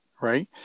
Right